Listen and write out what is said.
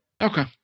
Okay